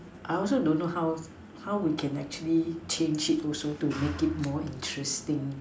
I also don't know how how we can actually change it also to make it more interesting